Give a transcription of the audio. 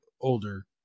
older